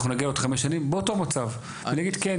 נגיע עוד חמש שנים באותו מצב ונגיד כן,